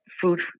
food